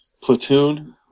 Platoon